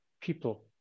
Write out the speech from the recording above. people